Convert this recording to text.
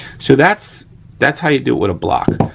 so, that's that's how you do it with a block.